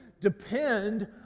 depend